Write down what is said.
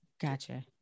Gotcha